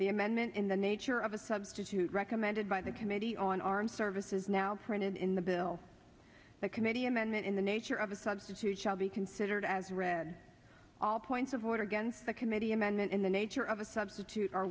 the amendment in the nature of a substitute recommended by the committee on armed services now printed in the bill the committee amendment in the nature of a substitute shall be considered as read all points of order against the committee amendment in the nature of a substitute